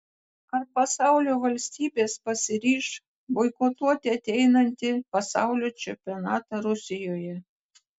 ar pasaulio valstybės pasiryš boikotuoti ateinantį pasaulio čempionatą rusijoje